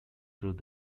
through